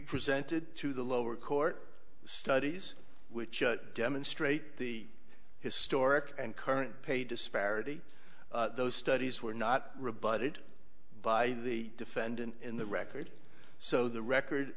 presented to the lower court studies which demonstrate the historic and current pay disparity those studies were not rebutted by the defendant in the record so the record